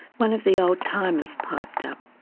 one of the old timers piped up,